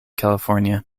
california